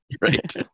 Right